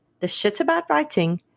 theshitaboutwriting